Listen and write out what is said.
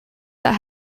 that